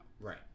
right